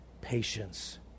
patience